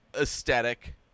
aesthetic